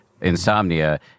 insomnia